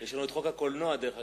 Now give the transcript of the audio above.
יש לנו את חוק הקולנוע בסדר-היום.